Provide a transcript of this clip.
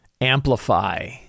amplify